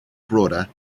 broader